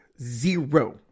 Zero